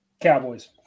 Cowboys